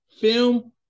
film